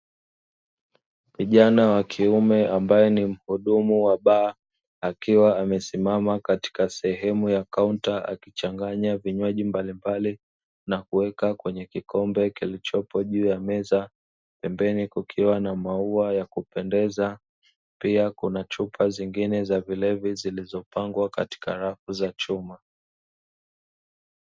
Kijana wa kiume ambaye ni mhudumu wa baa akiwa amesimama katika sehemu ya kaunta akichanganya vinywaji mbalimbali na kuweka kwenye kikombe kilichowekwa juu ya meza, pembeni kukiwa na maua ya kupendeza. Pia kuna chupa zingine za vilevi zilizopangwa katika rafu za chuma."